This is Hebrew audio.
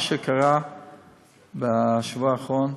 מה שקרה בשבוע האחרון,